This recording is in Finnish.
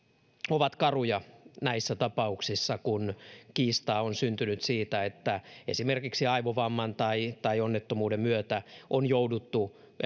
ovat karuja näissä tapauksissa kun kiistaa on syntynyt siitä että esimerkiksi aivovamman tai tai onnettomuuden myötä on jouduttu